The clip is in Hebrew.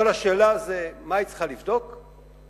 כל השאלה זה מה היא צריכה לבדוק ומתי.